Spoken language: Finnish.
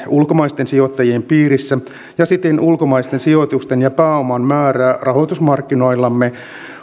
ulkomaisten sijoittajien piirissä ja siten ulkomaisten sijoitusten ja pääoman määrää rahoitusmarkkinoillamme